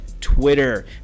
Twitter